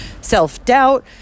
self-doubt